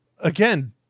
again